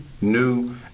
new